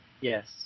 Yes